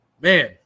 man